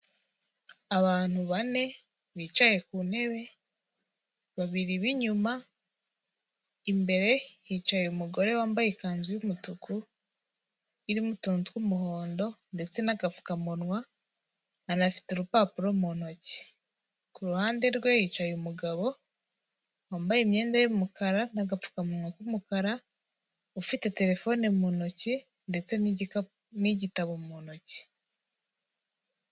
Abantu bane bicaye ku ntebe, babiri b'inyuma, imbere hicaye umugore wambaye ikanzu y'umutuku, irimo utuntu tw'umuhondo ndetse n'agapfukamunwa, anafite urupapuro mu ntoki, ku ruhande rwe hicaye umugabo wambaye imyenda y'umukara n'agapfukamunwa k'umukara, ufite telefone mu ntoki ndetse n'igitabo mu ntoki.